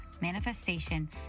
manifestation